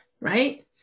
Right